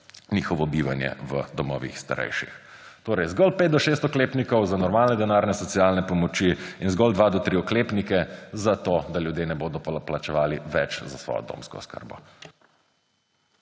njihovo bivanje v domovih starejših. Zgolj pet do šest oklepnikov za normalne denarne socialne pomoči in zgolj dva do tri oklepnike za to, da ljudje ne bodo plačevali več za svojo domsko oskrbo.